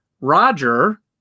Roger